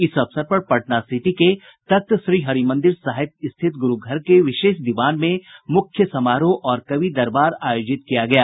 इस अवसर पर पटना सिटी के तख्तश्री हरिमंदिर साहिब स्थित गुरू घर के विशेष दीवान में मुख्य समारोह और कवि दरबार आयोजित किया गया है